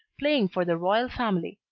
playing for the royal family.